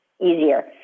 easier